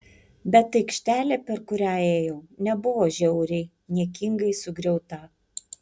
bet aikštelė per kurią ėjau nebuvo žiauriai niekingai sugriauta